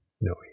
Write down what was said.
No